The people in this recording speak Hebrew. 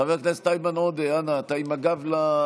חבר הכנסת איימן עודה, אנא, אתה עם הגב לדובר.